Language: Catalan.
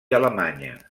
alemanya